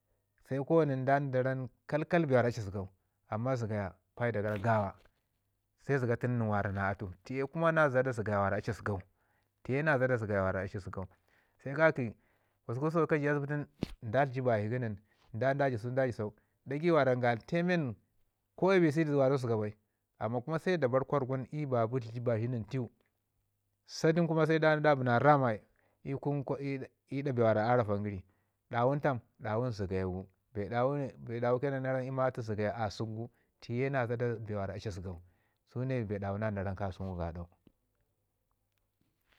se nən daran be kalkal bee aci zəgau amman zəgaya paida gara gawa se zəga tun nən wara aci ma atu tiye kuma na zəda zəgaya wara a ci, ti ye na zaɗa zəgaya wara a ci zəgau. Se ka ki gusku so ka ji asbitin da tliɗi bazhi ka nin da ji sau da ji sau. Dagai wara galte men ko ABCD zəga bai kuma se da bar kwargan ii baci tliɗi bazhi nən teu sa du nin kuma se da bi na raama ii kun ko bee wara a ravan yəri, dawun tam? dawun zəgaya gu. Bee dawu ke nan na ramma zəgaya atu asək gu ti ye na zaɗa bee wara a ci zəgau, su ne bee dawu nan na ram kasau gu gadau